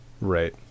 right